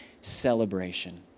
Celebration